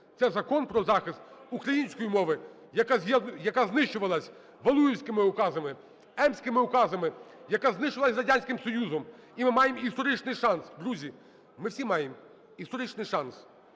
Це закон про захист української мови, яка знищувалася Валуєвськими указами, Емськими указами, яка знищувалася Радянським Союзом. І ми маємо історичний шанс, друзі, ми всі маємо історичний шанс